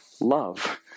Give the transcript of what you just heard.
Love